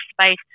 space